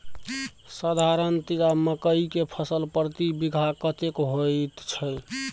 साधारणतया मकई के फसल प्रति बीघा कतेक होयत छै?